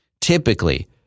typically